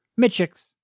Mitchicks